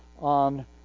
on